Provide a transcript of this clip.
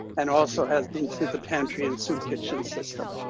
and also has been to the pantry and soup kitchen system.